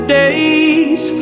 days